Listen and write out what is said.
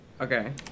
okay